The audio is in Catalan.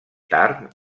tard